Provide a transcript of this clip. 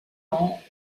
ans